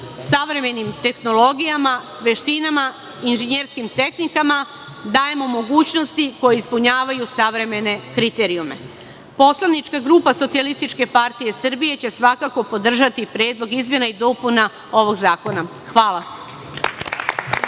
savremenim tehnologijama, veštinama, inženjerskim tehnikama dajemo mogućnosti koje ispunjavaju savremene kriterijume. Poslanička grupa SPS će svakako podržati Predlog izmena i dopuna ovog zakona. Hvala.